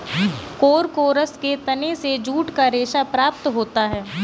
Corchorus के तने से जूट का रेशा प्राप्त होता है